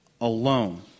alone